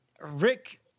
Rick